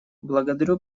благодарю